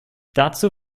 dazu